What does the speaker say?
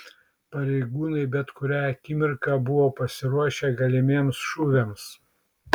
pareigūnai bet kurią akimirką buvo pasiruošę galimiems šūviams